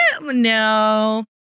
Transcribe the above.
No